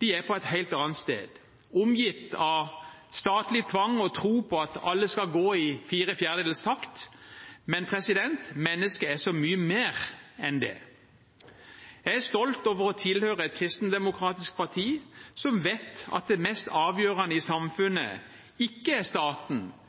De er på et helt annet sted, omgitt av statlig tvang og tro på at alle skal gå i fire fjerdedels takt. Men mennesket er så mye mer enn det. Jeg er stolt over å tilhøre et kristendemokratisk parti som vet at det mest avgjørende i